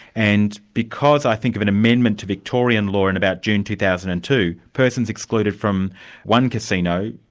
and because, i think, of an amendment to victorian law in about june, two thousand and two, persons excluded from one casino,